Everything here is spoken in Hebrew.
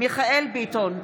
מיכאל מרדכי ביטון,